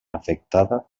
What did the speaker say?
afectada